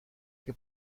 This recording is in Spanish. que